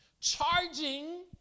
charging